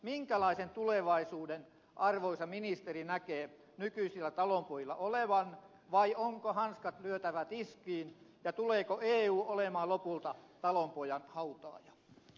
minkälaisen tulevaisuuden arvoisa ministeri näkee nykyisillä talonpojilla olevan vai onko hanskat lyötävä tiskiin ja tuleeko eu olemaan lopulta talonpojan hautaaja